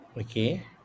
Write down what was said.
Okay